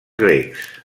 grecs